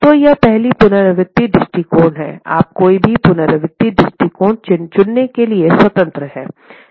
तो यह पहली पुनरावृत्ति दृष्टिकोण है आप कोई भी पुनरावृत्ति दृष्टिकोण चुनने के लिए स्वतंत्र हैं